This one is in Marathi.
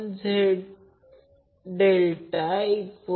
अँगल फक्त r आहे या दोन अँगलमधील फरक घेतला तर 120° तो अँपिअर आहे